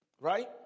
Right